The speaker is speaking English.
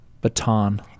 baton